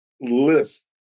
list